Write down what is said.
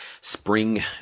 spring